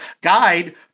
guide